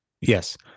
Yes